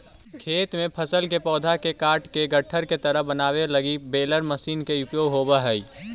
खेत में फसल के पौधा के काटके गट्ठर के तरह बनावे लगी बेलर मशीन के उपयोग होवऽ हई